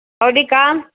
भवती का